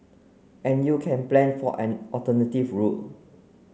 and you can plan for an alternative route